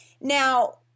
Now